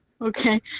Okay